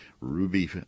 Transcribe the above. Ruby